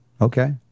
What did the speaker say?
okay